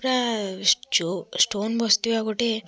ପ୍ରାୟ ଷ୍ଟୋନ୍ ବସିଥିବା ଗୋଟେ